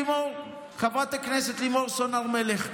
לימור,